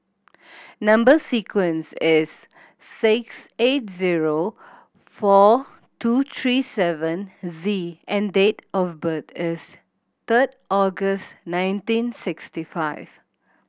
number sequence is S six eight zero four two three seven Z and date of birth is third August nineteen sixty five